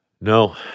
No